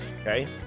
Okay